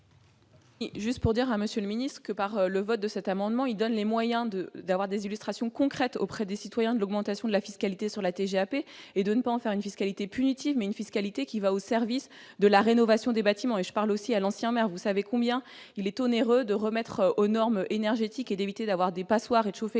Juste pour dire à monsieur le ministre, que par le vote de cet amendement, il donne les moyens de d'avoir des illustrations concrètes auprès des citoyens de l'augmentation de la fiscalité sur la TGAP et de ne pas en faire une fiscalité punitive mais une fiscalité qui va au service de la rénovation des bâtiments et je parle aussi à l'ancien maire, vous savez combien il est onéreux de remettre aux normes énergétiques et d'éviter d'avoir des passoires, les